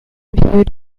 viewed